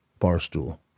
Barstool